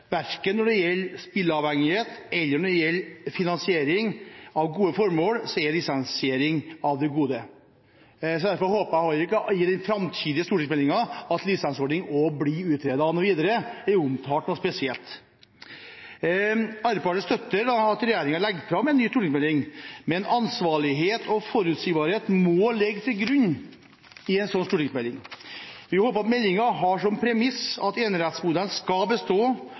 Verken når det gjelder spilleavhengighet eller når det gjelder finansiering av gode formål, er lisensiering av det gode. Så derfor håper jeg heller ikke, når det gjelder den framtidige stortingsmeldingen, at lisensordningen blir utredet noe videre, eller omtalt noe spesielt. Arbeiderpartiet støtter at regjeringen legger fram en ny stortingsmelding, men ansvarlighet og forutsigbarhet må ligge til grunn i en slik stortingsmelding. Vi håper at meldingen har som premiss at enerettsmodellen skal bestå,